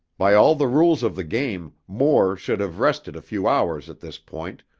by all the rules of the game moore should have rested a few hours at this point,